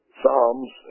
psalms